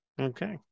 Okay